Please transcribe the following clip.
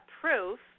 proof